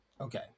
okay